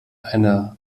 eine